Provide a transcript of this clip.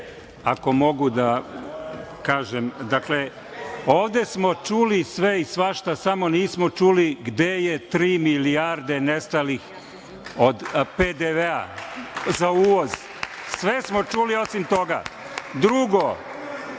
Lutovac** Dakle, ovde smo čuli sve i svašta, samo nismo čuli gde je tri milijarde nestalih od PDV za uvoz. Sve smo čuli, osim toga. Drugo,